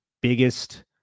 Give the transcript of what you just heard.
biggest